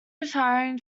retiring